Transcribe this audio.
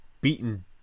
beaten